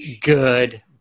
good